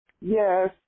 Yes